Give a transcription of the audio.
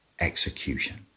execution